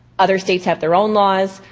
other states have their own laws.